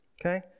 okay